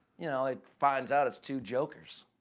you know, ah finds out it's two jokers.